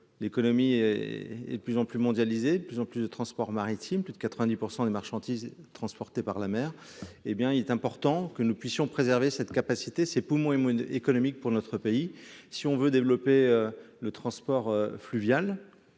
L'économie. Est de plus en plus mondialisées. De plus en plus de transport maritime, plus de 90% des marchandises transportées par la mer, hé bien il est important que nous puissions préserver cette capacité ses poumons et moins économique pour notre pays si on veut développer le transport fluvial